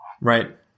right